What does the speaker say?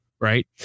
right